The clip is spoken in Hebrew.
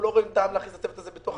אנחנו לא רואים טעם להכניס את זה בחקיקה.